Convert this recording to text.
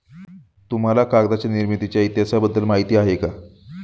तुम्हाला कागदाच्या निर्मितीच्या इतिहासाबद्दल माहिती आहे का?